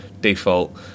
Default